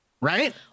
right